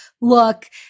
look